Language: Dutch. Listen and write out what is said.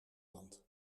land